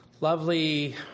lovely